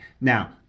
Now